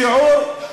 שיעור,